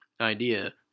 idea